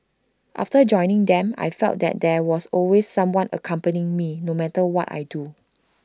after joining them I felt that there was always someone accompanying me no matter what I do